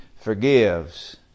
forgives